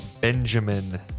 Benjamin